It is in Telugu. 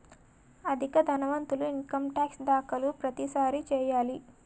అధిక ధనవంతులు ఇన్కమ్ టాక్స్ దాఖలు ప్రతిసారి చేయాలి